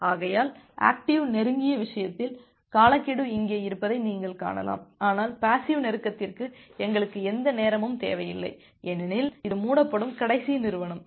ஆகையால் ஆக்டிவ் நெருங்கிய விஷயத்தில் காலக்கெடு இங்கே இருப்பதை நீங்கள் காணலாம் ஆனால் பேசிவ் நெருக்கத்திற்கு எங்களுக்கு எந்த நேரமும் தேவையில்லை ஏனெனில் இது மூடப்படும் கடைசி நிறுவனம்